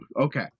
okay